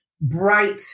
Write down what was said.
bright